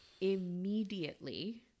immediately